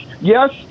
yes